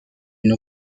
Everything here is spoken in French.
une